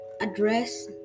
address